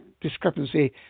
discrepancy